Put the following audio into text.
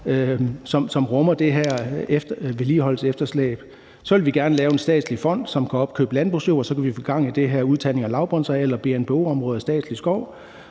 som rummer det her vedligeholdelsesefterslæb. Så vil vi gerne lave en statslig fond, som kan opkøbe landbrugsjord, så vi kan få gang i den her udtagning af lavbundsarealer, BNBO-områder og statslig skov.